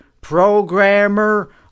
programmer